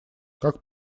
как